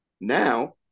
Now